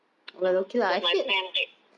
ya because my friend like